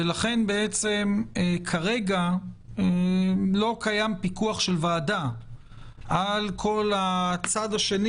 לכן בעצם כרגע לא קיים פיקוח של ועדה על כל הצד השני.